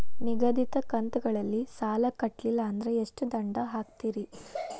ನಿಗದಿತ ಕಂತ್ ಗಳಲ್ಲಿ ಸಾಲ ಕಟ್ಲಿಲ್ಲ ಅಂದ್ರ ಎಷ್ಟ ದಂಡ ಹಾಕ್ತೇರಿ?